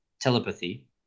telepathy